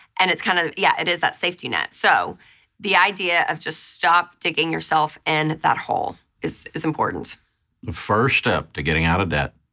and it's kind of, yeah, it is that safety net. so the idea of just stop digging yourself in that hole is is important. the first step to getting out of debt